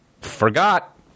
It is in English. Forgot